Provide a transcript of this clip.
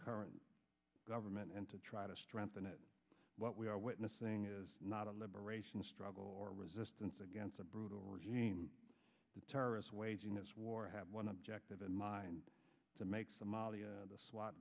current government and to try to strengthen it what we are witnessing is not a liberation struggle or resistance against a brutal regime the terrorists waging this war have one objective in mind to make somalia the swa